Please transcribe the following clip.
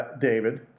David